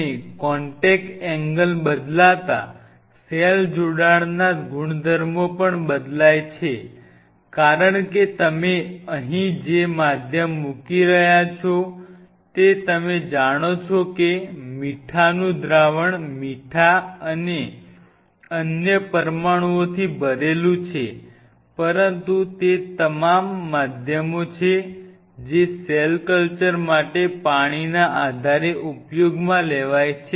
અને contact angle બદલાતા cell જોડણના ગુણધર્મો પણ બદલાય છે કારણ કે તમે અહીં જે માધ્યમ મૂકી રહ્યા છો તે તમે જાણો છો કે મીઠાનું દ્રાવણ મીઠા અને અન્ય પરમાણુઓથી ભરેલું છે પરંતુ એ તમામ માધ્યમો છે જે સેલ કલ્ચર માટે પાણીના આધારે ઉપયોગમાં લેવાય છે